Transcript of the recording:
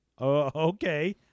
okay